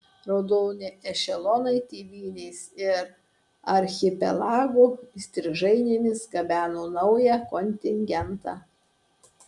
raudoni ešelonai tėvynės ir archipelago įstrižainėmis gabeno naują kontingentą